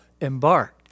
embarked